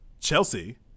Chelsea